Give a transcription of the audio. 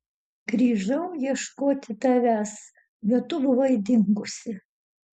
grįžau ieškoti tavęs bet tu buvai dingusi